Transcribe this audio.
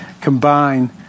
combine